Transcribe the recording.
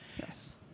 yes